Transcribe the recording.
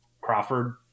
Crawford